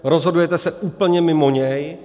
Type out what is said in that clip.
Rozhodujete se úplně mimo něj.